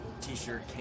t-shirt